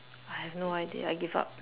I have no idea I give up